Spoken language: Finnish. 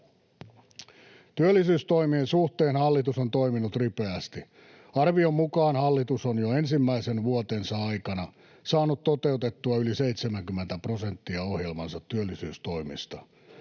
Työllisyystoimien suhteen hallitus on toiminut ripeästi. Arvion mukaan hallitus on jo ensimmäisen vuotensa aikana saanut toteutettua yli 70 prosenttia ohjelmansa työllisyystoimista.